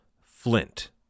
Flint